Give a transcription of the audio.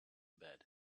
bed